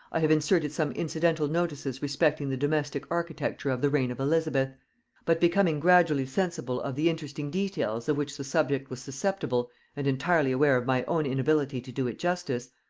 i have inserted some incidental notices respecting the domestic architecture of the reign of elizabeth but becoming gradually sensible of the interesting details of which the subject was susceptible and entirely aware of my own inability to do it justice,